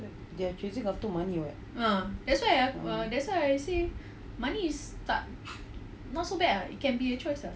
so they're chasing after money [what]